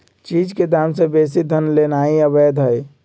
चीज के दाम से बेशी धन लेनाइ अवैध हई